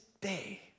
day